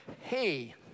hey